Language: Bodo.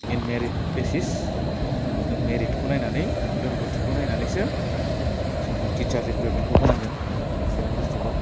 इन मेरिट बेसिस जों मेरिटखौ नायनानै रोंगौथिखौ नायनानैसो जोङो टिचार रिक्रुइटमेन्टखौ होनांगोन चिरां डिस्ट्रिक्टआव